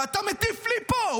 ואתה מטיף לי פה.